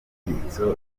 ibyitso